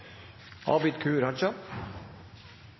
Abid Q. Raja